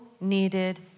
needed